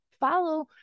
follow